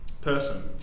person